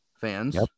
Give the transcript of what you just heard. fans